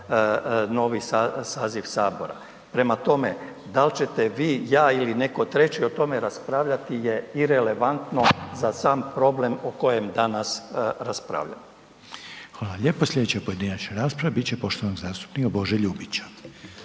novi saziv sabora. Prema tome, dal ćete vi, ja ili neko treći o tome raspravljati je irelevantno za sam problem o kojem danas raspravljamo. **Reiner, Željko (HDZ)** Hvala lijepo. Slijedeća pojedinačna rasprava bit će poštovanog zastupnika Bože Ljubića.